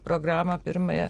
programą pirmąją